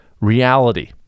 reality